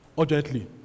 urgently